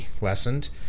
lessened